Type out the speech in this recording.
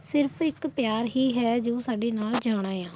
ਸਿਰਫ ਇੱਕ ਪਿਆਰ ਹੀ ਹੈ ਜੋ ਸਾਡੇ ਨਾਲ ਜਾਣਾ ਏ ਆ